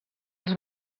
els